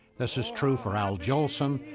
this is true for al jolson,